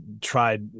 tried